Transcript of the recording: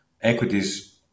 equities